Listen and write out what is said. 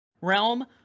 realm